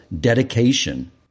dedication